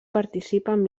participen